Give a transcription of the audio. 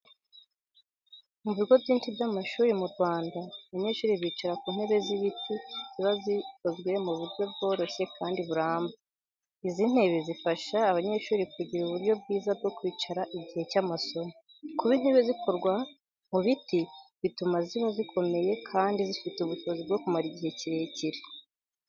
Mu bigo byinshi by’amashuri mu Rwanda, abanyeshuri bicara ku ntebe z’ibiti ziba zakozwe mu buryo bworoshye kandi buramba. Izi ntebe zifasha abanyeshuri kugira uburyo bwiza bwo kwicara igihe cy’amasomo. Kuba intebe zikorwa mu biti bituma ziba zikomeye kandi zifite ubushobozi bwo kumara igihe kirekire.